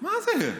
מה זה?